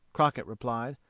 crockett replied.